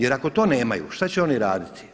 Jer ako to nemaju šta će oni raditi?